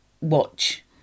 watch